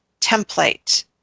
template